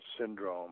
syndrome